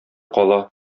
кала